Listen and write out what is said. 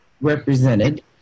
represented